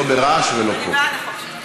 לא ברעש ולא פה,